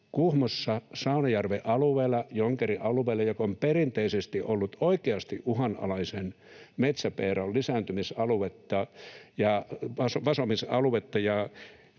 Kuhmossa Saunajärven alueella, Jonkerin alueella, joka on perinteisesti ollut oikeasti uhanalaisen metsäpeuran lisääntymisaluetta ja vasomisaluetta